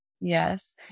Yes